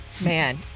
Man